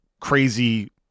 crazy